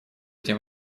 этим